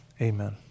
Amen